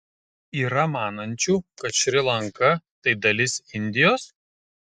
yra manančių kad šri lanka tai dalis indijos